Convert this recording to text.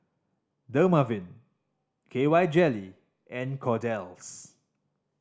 Dermaveen K Y Jelly and Kordel's